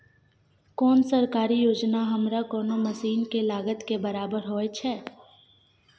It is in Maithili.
कोन सरकारी योजना हमरा कोनो मसीन के लागत के बराबर होय छै?